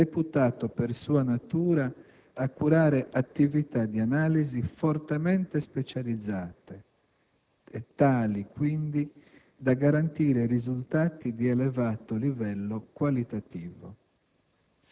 deputato per sua natura a curare attività di analisi fortemente specializzate e tale, quindi, da garantire risultati di elevato livello qualitativo.